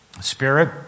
Spirit